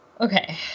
okay